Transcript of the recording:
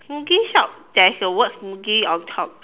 smoothie shop there's a word smoothie on top